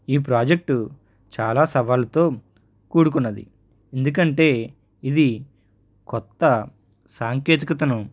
ఈ ప్రాజెక్ట్ చాలా సవాలుతో కూడుకున్నది ఎందుకంటే ఇది కొత్త సాంకేతికతను